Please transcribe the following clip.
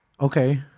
Okay